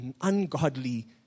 ungodly